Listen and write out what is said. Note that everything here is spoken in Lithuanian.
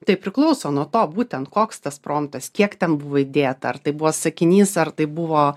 tai priklauso nuo to būtent koks tas frontas kiek ten buvo įdėta ar tai buvo sakinys ar tai buvo